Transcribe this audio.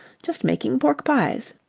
just making pork-pies.